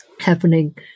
Happening